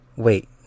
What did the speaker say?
Wait